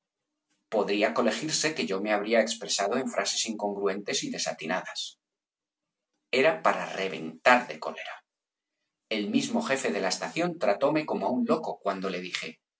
podría colegirse que yo me habría expresado en frases incongruentes y desatinadas era para reventar de cólera el mismo jefe de la estación tratóme como á un loco cuando le dije